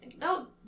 No